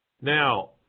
Now